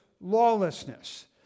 lawlessness